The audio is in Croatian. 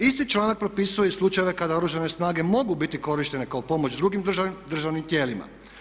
Isti članak propisuje i slučajeve kada Oružane snage mogu biti korištene kao pomoć drugim državnim tijelima.